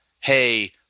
Hey